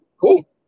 cool